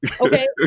Okay